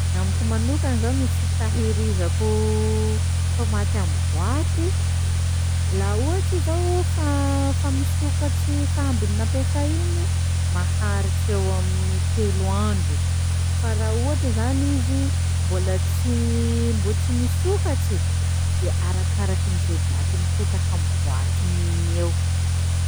Ny amiko manokany zao ny fitahirizako tomaty amin'ny boaty: laha ohatsy i zao fa- fa misokatsy fa ambin'ny nampiasay igny maharitsy eo amin'ny telo andro, fa raha ohatra zany izy mbôla tsy mbô tsy nisokatsy de arakarakin'zay daty mipetaka amin'ny boatiny igny eo.